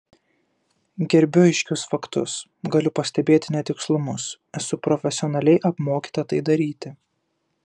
gerbiu aiškius faktus galiu pastebėti netikslumus esu profesionaliai apmokyta tai daryti